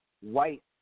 white